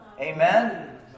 Amen